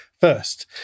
first